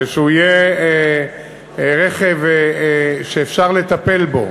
ושזה יהיה רכב שאפשר לטפל בו